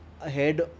ahead